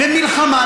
ומלחמה,